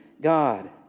God